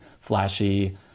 flashy